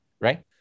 right